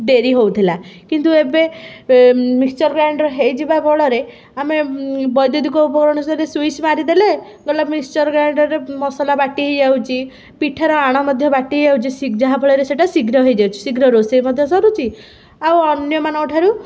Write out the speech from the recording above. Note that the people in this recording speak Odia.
ଡେରି ହେଉଥିଲା କିନ୍ତୁ ଏବେ ମିକଶ୍ଚର୍ ଗ୍ରାଇଣ୍ଡର୍ ହେଇଯିବା ଫଳରେ ଆମେ ବୈଦ୍ୟୁତିକ ଉପକରଣରେ ସୁଇଚ ମାରିଦେଲେ ଗଲା ମିକଶ୍ଚର୍ ଗ୍ରାଇଣ୍ଡରରେ ମସଲା ବାଟି ହେଇଯାଉଛି ପିଠାର ଆଣ ମଧ୍ୟ ବାଟି ହେଇଯାଉଛି ଶି ଯାହା ଫଳରେ ସେଇଟା ଶୀଘ୍ର ହେଇଯାଉଛି ଶୀଘ୍ର ରୋଷେଇ ମଧ୍ୟ ସରୁଛି ଆଉ ଅନ୍ୟମାନଙ୍କ ଠାରୁ